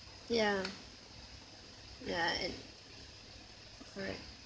ya ya and correct